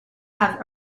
have